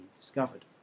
discovered